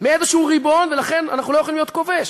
מאיזה ריבון, ולכן אנחנו לא יכולים להיות כובש.